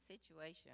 situation